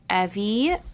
Evie